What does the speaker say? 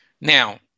Now